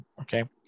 okay